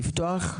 לפתוח?